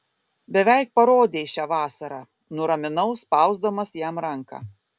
beveik parodei šią vasarą nuraminau spausdamas jam ranką